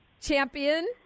champion